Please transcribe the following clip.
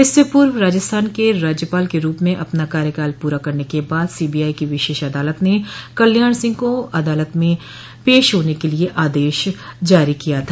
इससे पूर्व राजस्थान के राज्यपाल के रूप में अपना कार्यकाल पूरा करने के बाद सीबीआई की विशेष अदालत ने कल्याण सिंह को अदालत में पेश होने के लिये आदेश जारी किया था